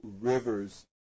rivers